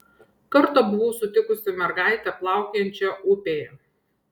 kartą buvau sutikusi mergaitę plaukiojančią upėje